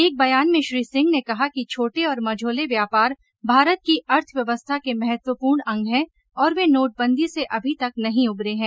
एक बयान में श्री सिंह ने कहा कि छोटे और मझोले व्यापार भारत की अर्थव्यवस्था के महत्वपूर्ण अंग हैं और वे नोटबंदी से अभी तक नहीं उबरे हैं